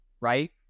right